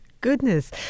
Goodness